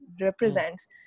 represents